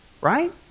Right